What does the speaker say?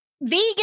vegan